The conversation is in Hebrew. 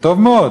זה טוב מאוד,